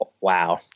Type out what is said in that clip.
Wow